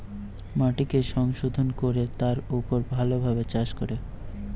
মাটিকে সংশোধন কোরে তার উপর ভালো ভাবে চাষ করে